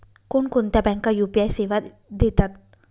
कोणकोणत्या बँका यू.पी.आय सेवा देतात?